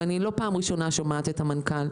ואני לא בפעם הראשונה שומעת את המנכ"ל,